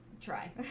try